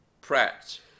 Pratt